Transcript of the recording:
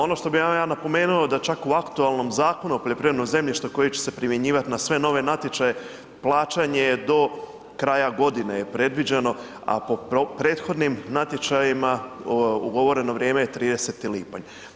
Ono što bih vam ja napomenuo da čak u aktualnom Zakonu o poljoprivrednom zemljištu koji će se primjenjivat na sve nove natječaje plaćanje je do kraja godine je predviđeno, a po prethodnim natječajima ugovoreno vrijeme je 30. lipanj.